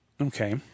Okay